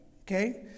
okay